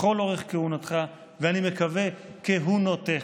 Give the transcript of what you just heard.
לכל אורך כהונתך, ואני מקווה: כהונותיך,